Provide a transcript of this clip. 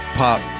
pop